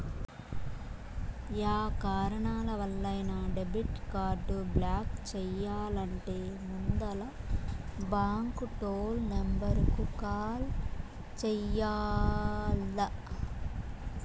yeah కారణాలవల్లైనా debit card block చెయ్యాలంటే ముందల బాంకు టోల్ నెంబరుకు కాల్ చెయ్యాల్ల